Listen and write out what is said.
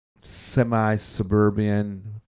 semi-suburban